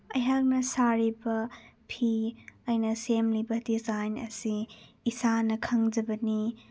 ꯑꯩꯍꯥꯛꯅ ꯁꯥꯔꯤꯕ ꯐꯤ ꯑꯩꯅ ꯁꯦꯝꯂꯤꯕ ꯗꯤꯖꯥꯏꯟ ꯑꯁꯤ ꯏꯁꯥꯅ ꯈꯪꯖꯕꯅꯤ